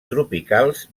tropicals